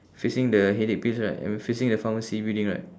facing the headache pills right I mean facing the pharmacy building right